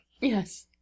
Yes